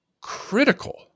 critical